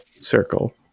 circle